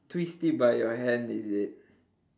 twist it by your hand is it